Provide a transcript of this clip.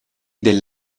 del